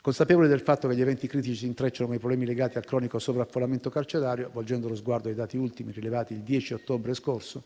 Consapevoli del fatto che gli eventi critici si intrecciano con i problemi legati al cronico sovraffollamento carcerario, volgendo lo sguardo ai dati ultimi rilevati il 10 ottobre scorso,